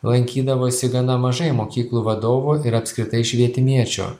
lankydavosi gana mažai mokyklų vadovų ir apskritai švietimiečių